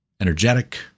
energetic